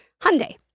Hyundai